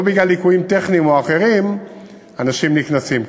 לא בגלל ליקויים טכניים או אחרים אנשים נקנסים כאן.